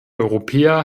europäer